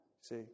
see